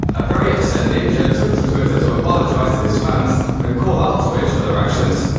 a very upset ninja took to twitter to apologize to his fans and call out twitch for their actions.